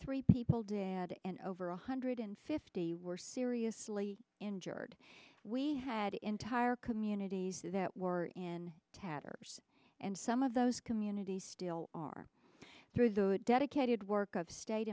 three people dead and over a hundred and fifty were seriously injured we had entire communities that were in tatters and some of those communities still are through the dedicated work of state